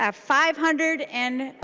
ah five hundred and